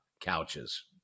couches